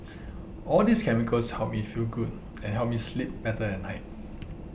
all these chemicals help me feel good and help me sleep better at night